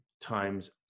times